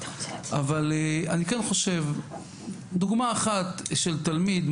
אני כן חושב על דוגמה אחת של תלמיד,